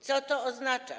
Co to oznacza?